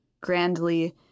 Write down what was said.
grandly